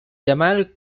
jamal